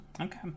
Okay